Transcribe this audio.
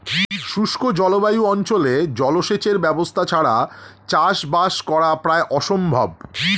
শুষ্ক জলবায়ু অঞ্চলে জলসেচের ব্যবস্থা ছাড়া চাষবাস করা প্রায় অসম্ভব